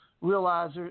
realize